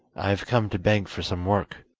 i have come to beg for some work